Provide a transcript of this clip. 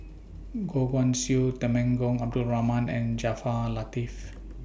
Goh Guan Siew Temenggong Abdul Rahman and Jaafar Latiff